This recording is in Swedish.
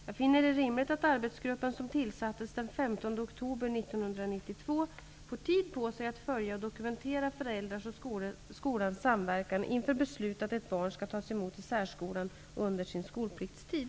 Jag finner det rimligt att arbetsgruppen, som tillsattes den 15 oktober 1992, får tid på sig att följa och dokumentera föräldrars och skolans samverkan inför beslut att ett barn skall tas emot i särskolan under sin skolpliktstid.